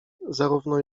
zarówno